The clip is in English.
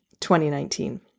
2019